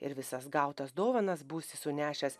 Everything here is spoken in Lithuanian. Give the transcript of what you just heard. ir visas gautas dovanas būsi sunešęs